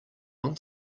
want